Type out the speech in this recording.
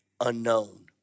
unknown